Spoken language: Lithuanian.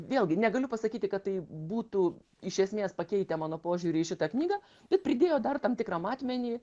vėlgi negaliu pasakyti kad tai būtų iš esmės pakeitę mano požiūrį į šitą knygą bet pridėjo dar tam tikrą matmenį